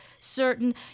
certain